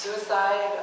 Suicide